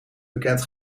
bekend